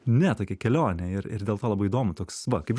ne tokia kelionė ir ir dėl to labai įdomu toks va kaip